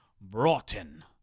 Broughton